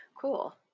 Cool